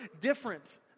different